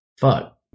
Fuck